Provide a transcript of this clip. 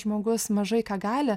žmogus mažai ką gali